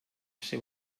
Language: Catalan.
ser